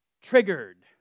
Triggered